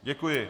Děkuji.